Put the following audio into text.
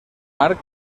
arc